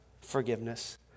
forgiveness